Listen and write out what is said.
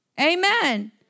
Amen